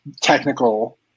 technical